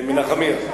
במנחמיה.